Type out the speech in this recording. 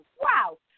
wow